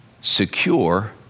secure